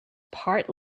part